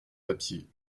papier